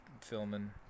filming